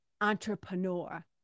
entrepreneur